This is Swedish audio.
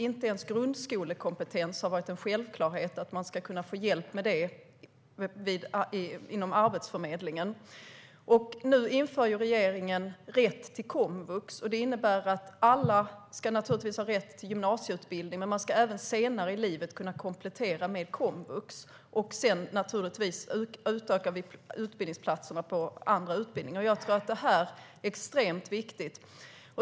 Inte ens grundskolekompetens har varit en självklarhet att få hjälp med inom Arbetsförmedlingen. Nu inför regeringen rätt till komvux. Det innebär att alla naturligtvis ska ha rätt till gymnasieutbildning, men man ska även senare i livet kunna komplettera med komvux. Vi utökar naturligtvis också utbildningsplatserna på andra utbildningar. Jag tror att detta är extremt viktigt.